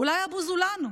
אולי הבוז הוא לנו.